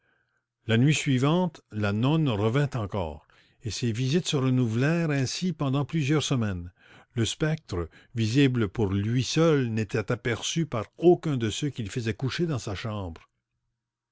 la nuit suivante la nonne revint encore et ses visites se renouvellèrent ainsi pendant plusieurs semaines le spectre visible pour lui seul n'était apperçu par aucun de ceux qu'il faisait coucher dans sa chambre